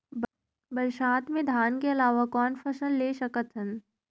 बरसात मे धान के अलावा कौन फसल ले सकत हन?